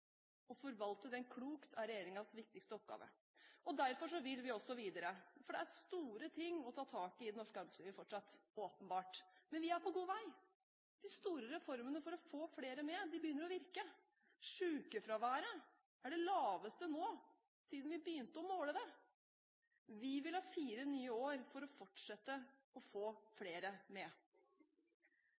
Å forvalte den klokt er regjeringens viktigste oppgave. Derfor vil vi også videre, for det er store ting å ta tak i i det norske arbeidslivet fortsatt – åpenbart. Men vi er på god vei. De store reformene for å få flere med begynner å virke. Sykefraværet er det laveste nå siden vi begynte å måle det. Vi vil ha fire nye år for å fortsette å få flere med.